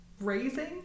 raising